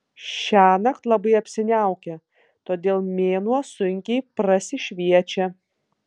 šiąnakt labai apsiniaukę todėl mėnuo sunkiai prasišviečia